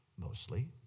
mostly